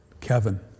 Kevin